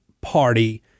party